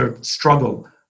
struggle